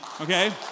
Okay